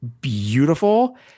beautiful